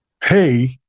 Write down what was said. pay